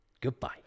goodbye